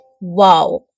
Wow